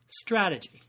strategy